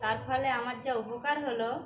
তার ফলে আমার যা উপকার হল